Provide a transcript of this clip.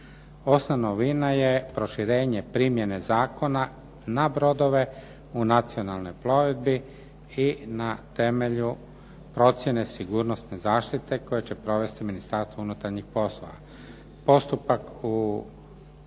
novina je proširenje primjene zakona na brodove u nacionalnoj plovidbi i na temelju procjene sigurnosne zaštite koje će provesti Ministarstvo unutarnjih poslova.